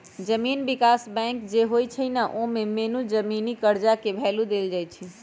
जमीन विकास बैंक जे होई छई न ओमे मेन जमीनी कर्जा के भैलु देल जाई छई